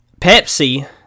Pepsi